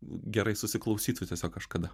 gerai susiklausytų tiesiog kažkada